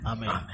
Amen